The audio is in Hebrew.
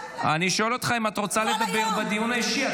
אני שואל אותך אם את רוצה לדבר בדיון האישי.